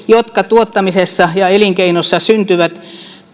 jotka tuottamisessa ja elinkeinossa syntyvät